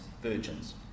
virgins